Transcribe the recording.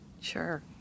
Sure